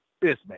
business